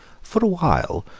for a while,